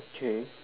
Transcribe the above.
okay